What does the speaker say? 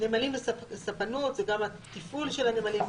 נמלים וספנות: זה גם התפעול הנמלים,